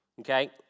Okay